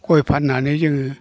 गय फाननानै जोङो